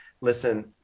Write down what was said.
Listen